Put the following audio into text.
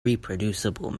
reproducible